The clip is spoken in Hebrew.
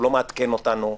הוא לא מעדכן אותנו,